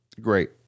Great